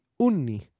Unni